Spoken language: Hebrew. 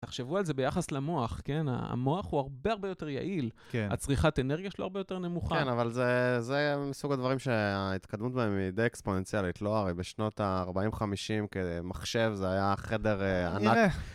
תחשבו על זה ביחס למוח, כן המוח הוא הרבה יותר יעיל, הצריכת אנרגיה שלו הרבה יותר נמוכה. כן, אבל זה מסוג הדברים שההתקדמות בהם היא די אקספוננציאלית, לא הרי בשנות ה-40-50 מחשב זה היה חדר ענק.